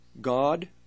God